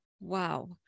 Wow